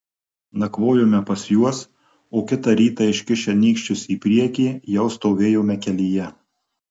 nakvojome pas juos o kitą rytą iškišę nykščius į priekį jau stovėjome kelyje